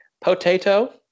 Potato